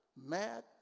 mad